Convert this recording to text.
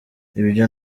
ibyo